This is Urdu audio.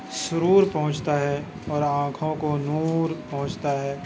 سرور پہنچتا ہے اور آنکھوں کو نور پہنچتا ہے